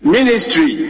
Ministry